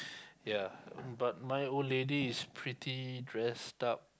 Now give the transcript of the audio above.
yea but my old lady is pretty dressed up